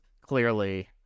clearly